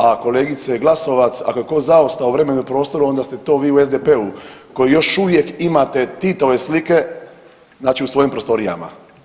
A kolegice Glasovac ako je ko zaostao u vremenu i prostoru onda ste to vi u SDP-u koji još uvijek imate Titove slike u svojim prostorijama.